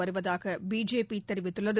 வருவதாக பிஜேபி தெரிவித்துள்ளது